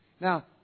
Now